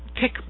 pick